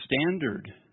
standard